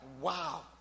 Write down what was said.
Wow